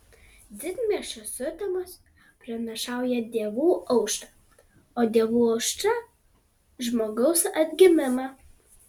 didmiesčio sutemos pranašauja dievų aušrą o dievų aušra žmogaus atgimimą